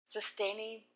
Sustaining